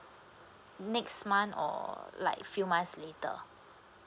next month or like few months later